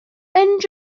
engines